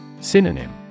Synonym